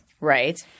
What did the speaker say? Right